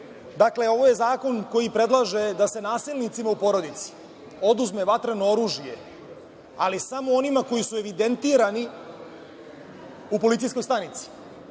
ovo je zakon koji predlaže da se nasilnicima u porodici oduzme vatreno oružje, ali samo onima koji su evidentirani u policijskoj stanici.